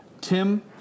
Tim